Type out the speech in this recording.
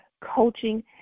coaching